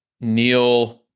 Neil